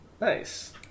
Nice